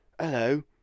Hello